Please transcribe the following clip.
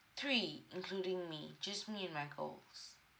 three including me just me and my girls